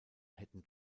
hätten